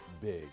big